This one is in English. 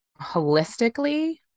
holistically